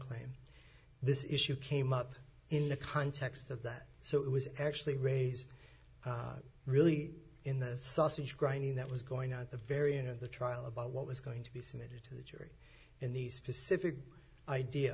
claim this issue came up in the context of that so it was actually raise really in the sausage grinding that was going on at the very end of the trial about what was going to be submitted to the judge in the specific idea